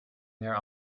there